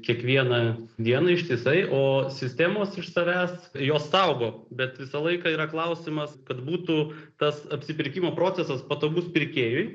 kiekvieną dieną ištisai o sistemos iš savęs jos saugo bet visą laiką yra klausimas kad būtų tas apsipirkimo procesas patogus pirkėjui